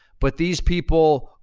but these people,